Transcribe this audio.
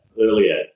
earlier